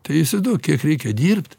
tai įsivaizduok kiek reikia dirbt